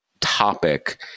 topic